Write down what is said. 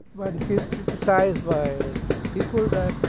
but and he's criticized by people that